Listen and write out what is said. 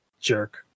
Jerk